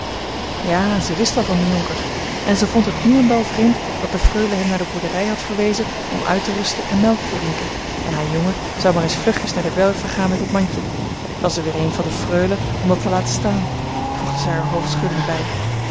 ja zij wist al van den jonker en zij vond het niemendal vreemd dat de freule hem naar de boerderij had verwezen om uit te rusten en melk te drinken en haar jongen zou maar eens vlugjes naar de werve gaan met het mandje t was er weer een van de freule om dat te laten staan voegde zij er hoofdschuddend bij